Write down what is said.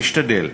נשתדל.